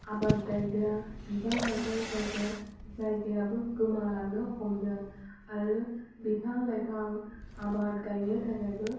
आबाद गायग्रा बिफां लाइफां गायग्रा जायगायाबो गोमा लांनो हमदों आरो बिफां लाइफां आबाद गायनो थाखायबो